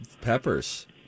peppers